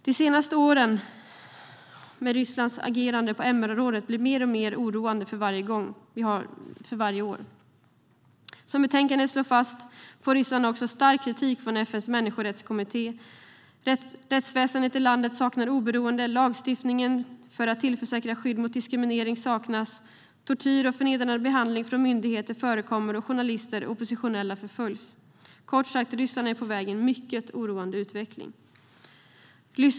De senaste åren med Rysslands agerande på MR-området har blivit mer och mer oroande. Precis som det slås fast i betänkandet får Ryssland också stark kritik från FN:s människorättskommitté. Rättsväsendet i landet saknar oberoende. En lagstiftning för att tillförsäkra skydd mot diskriminering saknas. Tortyr och förnedrande behandling från myndigheter förekommer, och journalister och oppositionella förföljs. Kort sagt är ryssarna på väg in i en mycket oroande utveckling.